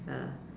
ya